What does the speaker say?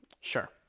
sure